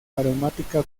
aromática